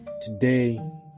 today